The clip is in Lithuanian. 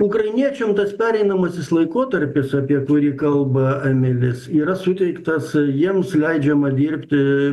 ukrainiečiam tas pereinamasis laikotarpis apie kurį kalba emilis yra suteiktas jiems leidžiama dirbti